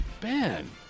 Ben